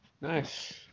nice